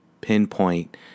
pinpoint